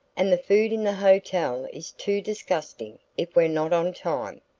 and the food in the hotel is too disgusting if we're not on time.